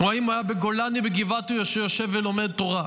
או אם היה בגולני או גבעתי, או שיושב ולומד תורה.